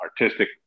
artistic